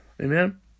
Amen